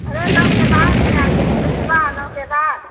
अरे नौ के बाद में आइए जैसे सुबह नौ के बाद